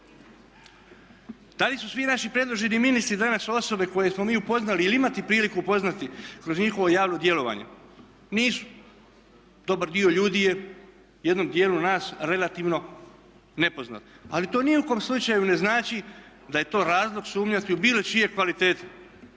li su svi naši predloženi ministri danas osobe koje smo mi upoznali ili imali priliku upoznati kroz njihovo javno djelovanje? Nisu. Dobar dio ljudi je jednom dijelu nas relativno nepoznat. Ali to ni u kojem slučaju ne znači da je to razlog sumnjati u bilo čije kvalitete.